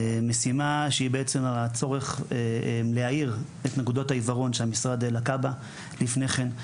משימה שהיא הצורך להאיר את נקודות העיוורון שהמשרד לקה בהן לפני כן,